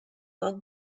not